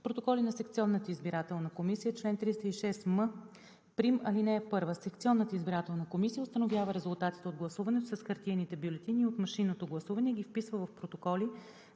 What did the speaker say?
Протоколи на секционната избирателна комисия Чл. 306м' (1) Секционната избирателна комисия установява резултатите от гласуването с хартиените бюлетини и от машинното гласуване и ги вписва в протоколи